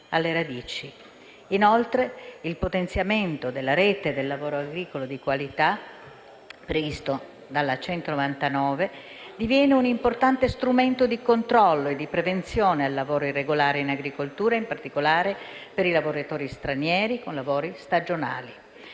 Inoltre, il potenziamento della rete del lavoro agricolo di qualità, previsto dalla legge n. 199, diviene un importante strumento di controllo e di prevenzione del lavoro irregolare in agricoltura, in particolare per i lavoratori stranieri con lavori stagionali.